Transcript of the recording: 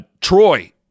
Troy